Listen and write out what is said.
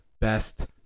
best